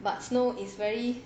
but snow is very